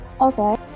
okay